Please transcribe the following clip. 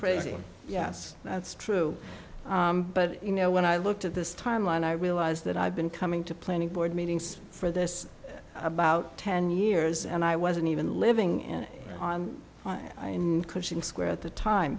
crazy yes that's true but you know when i looked at this timeline i realize that i've been coming to planning board meetings for this about ten years and i wasn't even living in on cushing square at the time